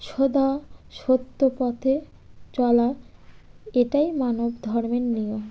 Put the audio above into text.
সদা সত্যপথে চলা এটাই মানব ধর্মের নিয়ম